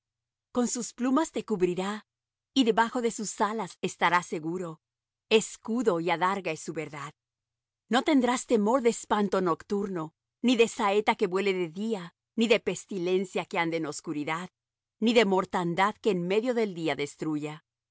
con sus plumas te cubrirá y debajo de sus alas estarás seguro escudo y adarga es su verdad no tendrás temor de espanto nocturno ni de saeta que vuele de día ni de pestilencia que ande en oscuridad ni de mortandad que en medio del día destruya